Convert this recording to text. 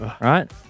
Right